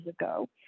ago